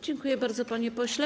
Dziękuję bardzo, panie pośle.